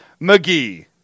McGee